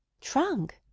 Trunk